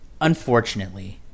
Unfortunately